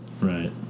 Right